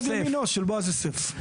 יד ימינו של בועז יוסף.